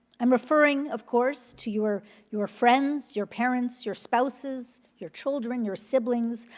i'm referring, of course, to your your friends, your parents, your spouses, your children, your siblings,